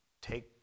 take